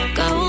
go